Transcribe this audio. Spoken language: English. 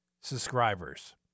subscribers